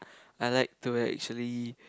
I like to actually